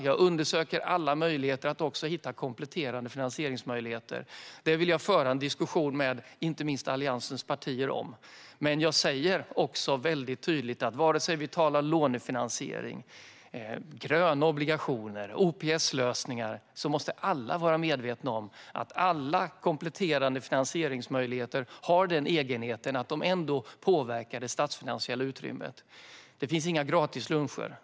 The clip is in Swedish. Jag undersöker alla möjligheter att också hitta kompletterande finansiering. Detta vill jag föra en diskussion om med inte minst Alliansens partier. Jag säger dock tydligt att oavsett om vi talar om lånefinansiering, gröna obligationer eller OPS-lösningar måste alla vara medvetna om att alla kompletterande finansieringsmöjligheter har den egenheten att de ändå påverkar det statsfinansiella utrymmet. Det finns inga gratis luncher.